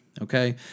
okay